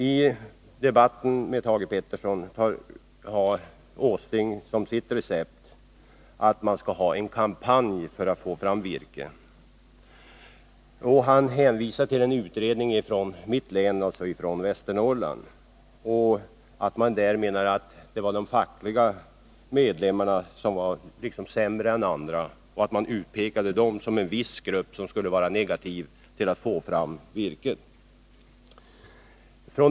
I debatten med Thage Peterson framförde Nils Åsling som sitt recept att man skulle sätta i gång en kampanj för att få fram virke. Han hänvisade också till en utredning som gjorts i mitt hemlän, Västernorrlands län. I den utredningen skulle de fackliga medlemmarna ha utpekats som på något sätt sämre än andra och såsom en viss grupp som var negativ till att få fram virke.